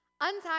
Untie